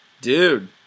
Dude